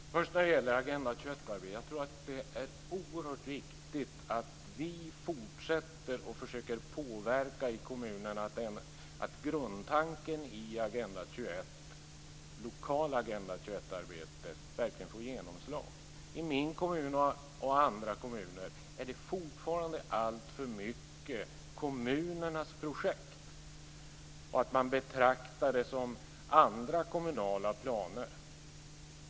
Herr talman! Vad först gäller Agenda 21-arbetet tror jag att det är oerhört viktigt att vi fortsätter att försöka påverka kommunerna så att grundtanken i det lokala Agenda 21-arbetet verkligen får genomslag. Det är i min kommun och i andra kommuner fortfarande alltför mycket ett kommunalt projekt. Man betraktar det som andra kommunala planer.